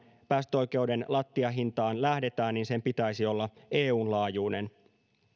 päästöoikeuden lattiahintaan lähdetään niin sen pitäisi olla eun laajuinen